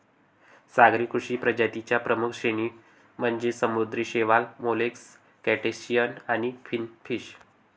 सागरी कृषी प्रजातीं च्या प्रमुख श्रेणी म्हणजे समुद्री शैवाल, मोलस्क, क्रस्टेशियन आणि फिनफिश